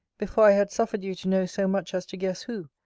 before i had suffered you to know so much as to guess who,